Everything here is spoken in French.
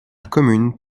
commune